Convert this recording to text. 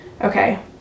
okay